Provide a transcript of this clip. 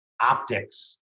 optics